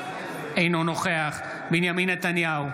אינו נוכח בנימין נתניהו,